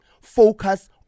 Focus